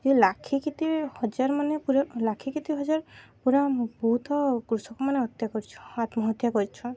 ଇ ଲାକ୍ଷେ କେତେ ହଜାର ମାନେ ପୁରା ଲାକ୍ଷେ କେତେ ହଜାର୍ ପୁରା ବହୁତ୍ କୃଷକମାନେ ହତ୍ୟା କରିଛନ୍ ଆତ୍ମହତ୍ୟା କରିଛନ୍